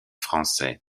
français